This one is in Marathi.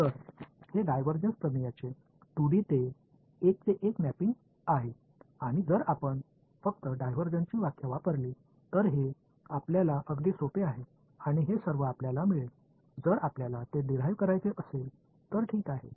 तर हे डायव्हर्जन प्रमेयचे 2D ते एक ते एक मॅपिंग आहे आणि जर आपण फक्त डायव्हर्जन्सची व्याख्या वापरली तर हे आपल्याला अगदी सोपे आहे आणि हे सर्व आपल्याला मिळेल जर आपल्याला ते डिराईव करायचे असेल तर ठीक आहे